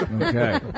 Okay